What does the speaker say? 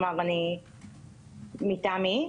מטעם מי?